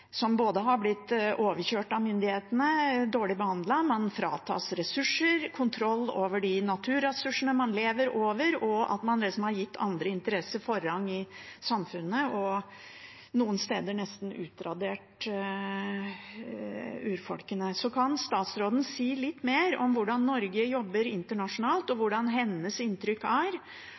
som har blitt både overkjørt av myndighetene og dårlig behandlet. Man har blitt fratatt ressurser og kontroll over de naturressursene man lever av, og andre interesser er gitt forrang i samfunnet og har noen steder nesten utradert urfolket. Kan statsråden si litt mer om hvordan Norge jobber internasjonalt, og hvordan hennes inntrykk er